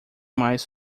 mais